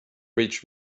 rich